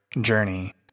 journey